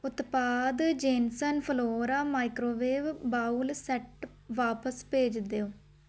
ਉਤਪਾਦ Jensen Flora microwave bowl set ਵਾਪਸ ਭੇਜ ਦਿਓ